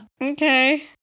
Okay